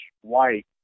white